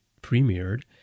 premiered